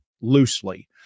loosely